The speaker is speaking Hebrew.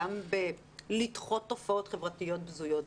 גם בדחיית תופעות חברתיות בזויות,